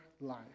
life